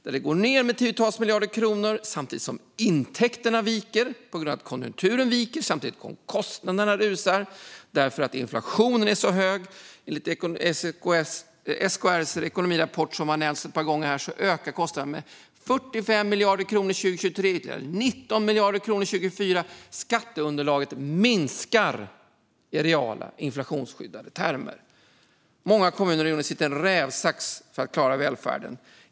Det går ned med tiotals miljarder kronor samtidigt som intäkterna viker på grund av att konjunkturen viker och samtidigt som kostnaderna rusar för att inflationen är så hög. Enligt SKR:s ekonomirapport som har nämnts ett par gånger här ökar kostnaderna med 45 miljarder kronor 2023 och 19 miljarder kronor 2024. Skatteunderlaget minskar i reala inflationsskyddade termer. Många kommuner och regioner sitter i en rävsax för att klara välfärden.